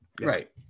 right